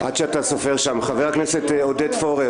חבר הכנסת עודד פורר,